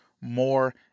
more